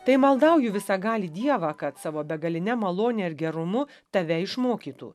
tai maldauju visagalį dievą kad savo begaline malone ir gerumu tave išmokytų